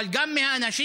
אבל גם מהאנשים,